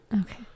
Okay